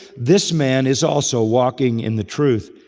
this man is also walking in the truth,